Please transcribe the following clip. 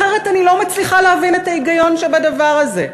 אחרת אני לא מצליחה להבין את ההיגיון שבדבר הזה.